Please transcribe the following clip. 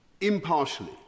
impartially